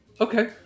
Okay